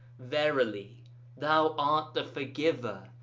verily thou art the forgiver,